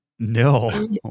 No